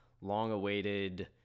long-awaited